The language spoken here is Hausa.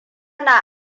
na